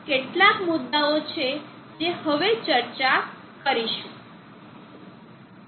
જો કે કેટલાક મુદ્દાઓ છે જે હવે ચર્ચા કરીશું